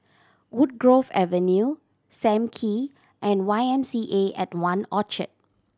Woodgrove Avenue Sam Kee and Y M C A at One Orchard